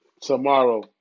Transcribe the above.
tomorrow